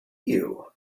you